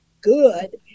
good